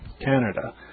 Canada